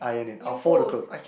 you fold